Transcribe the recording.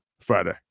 Friday